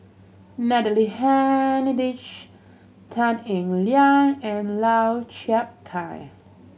Natalie Hennedige Tan Eng Liang and Lau Chiap Khai